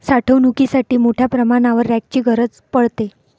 साठवणुकीसाठी मोठ्या प्रमाणावर रॅकची गरज पडते